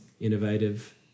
innovative